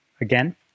again